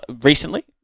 recently